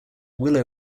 willow